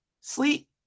sleep